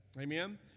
Amen